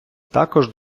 також